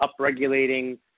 upregulating